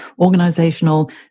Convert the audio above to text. organizational